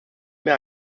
mehr